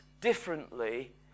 differently